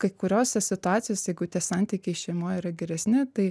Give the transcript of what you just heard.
kai kuriose situacijose jeigu tie santykiai šeimoj yra geresni tai